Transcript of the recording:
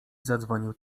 zadzwonił